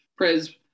Priz